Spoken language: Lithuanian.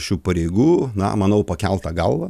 šių pareigų na manau pakelta galva